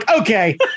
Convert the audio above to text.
okay